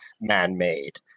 man-made